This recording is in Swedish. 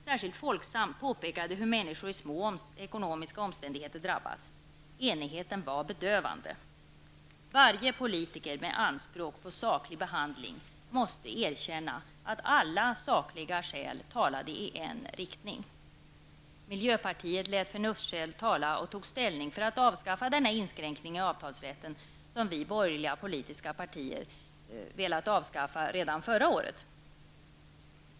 Särskilt Folksam påpekade hur människor i små ekonomiska omständigheter drabbas. Enigheten var bedövande. Varje politiker med anspråk på saklig behandling måste erkänna att alla sakliga skäl talade i en riktning. Miljöpartiet lät förnuftsskäl tala och tog ställning för att avskaffa denna inskränkning i avtalsrätten, som vi borgerliga politiker ville avskaffa redan förra året.